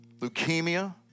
leukemia